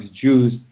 Jews